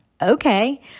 okay